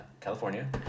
California